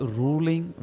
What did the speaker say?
ruling